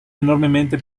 enormemente